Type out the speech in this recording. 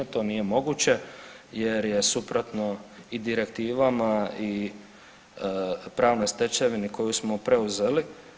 To nije moguće jer je suprotno i direktivama i pravnoj stečevini koju smo preuzeli.